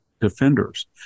defenders